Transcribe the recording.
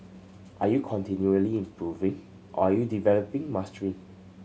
are you continually improving are you developing mastery